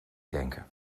denken